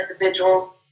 individuals